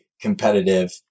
competitive